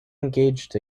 engaged